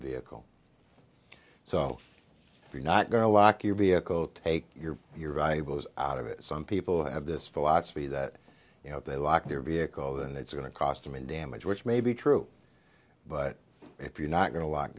vehicle so you're not going to lock your vehicle take your valuables out of it some people have this philosophy that you know if they lock their vehicle than it's going to cost them in damage which may be true but if you're not going to lock